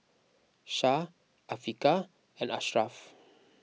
Syah Afiqah and Ashraf